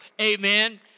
Amen